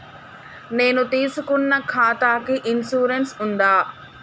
నేను తీసుకున్న ఖాతాకి ఇన్సూరెన్స్ ఉందా?